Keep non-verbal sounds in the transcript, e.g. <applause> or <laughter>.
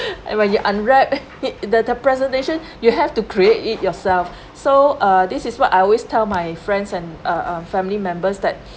<laughs> and when you unwrap <laughs> it the the presentation you have to create it yourself so uh this is what I always tell my friends and uh uh family members that